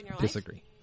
disagree